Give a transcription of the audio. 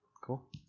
cool